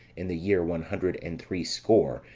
in the year one hundred and threescore,